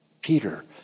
Peter